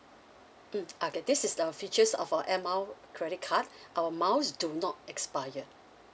mm okay this is the features of our air miles credit card our miles do not expire